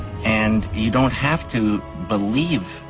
and you don't have to believe.